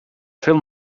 film